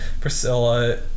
Priscilla